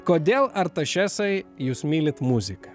kodėl artašesai jūs mylit muziką